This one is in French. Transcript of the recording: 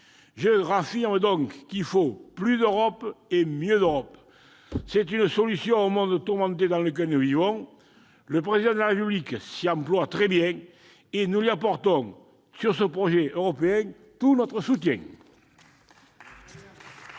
Je réaffirme donc qu'il faut plus d'Europe et mieux d'Europe ! C'est une solution au monde tourmenté dans lequel nous vivons. Le Président de la République s'y emploie très bien et nous lui apportons, sur ce projet européen, tout notre soutien.